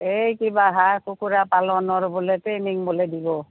এই কিবা হাঁহ কুকুৰা পালনৰ বোলে ট্ৰেইনিং বোলে দিব